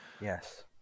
Yes